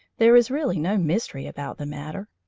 there is really no mystery about the matter,